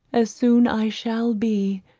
as soon i shall be,